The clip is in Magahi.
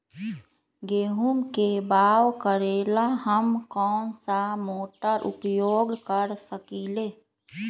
गेंहू के बाओ करेला हम कौन सा मोटर उपयोग कर सकींले?